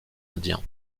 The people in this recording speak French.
indien